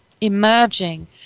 emerging